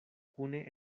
kune